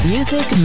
Music